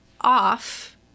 off